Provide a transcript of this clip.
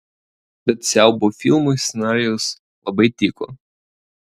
bet siaubo filmui scenarijus labai tiko